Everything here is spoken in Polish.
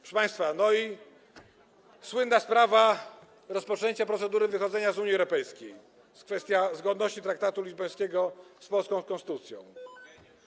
Proszę państwa, i słynna sprawa rozpoczęcia procedury wychodzenia z Unii Europejskiej, kwestia zgodności traktatu lizbońskiego z polską konstytucją.